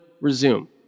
resume